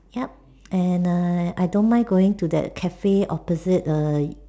yup and err I don't mind going to that Cafe opposite err